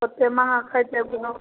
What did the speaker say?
ओतेक महगा खेतै कोना